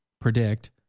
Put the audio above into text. predict